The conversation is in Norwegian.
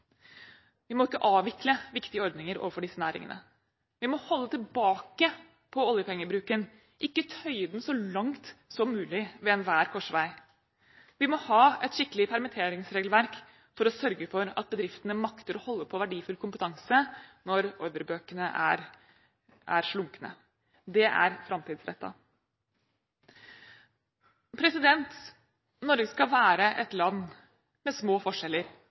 Vi må ikke avvikle viktige ordninger for disse næringene. Vi må holde tilbake på oljepengebruken, ikke tøye den så langt som mulig ved enhver korsvei. Vi må ha et skikkelig permitteringsregelverk for å sørge for at bedriftene makter å holde på verdifull kompetanse når ordrebøkene er slunkne. Det er framtidsrettet. Norge skal være et land med små forskjeller